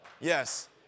yes